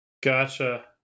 gotcha